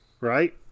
right